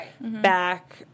back